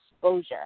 exposure